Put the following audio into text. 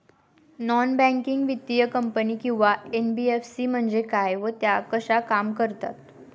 Non banking वित्तीय company किंवा NBFC म्हणजे काय व त्या कशा काम करतात?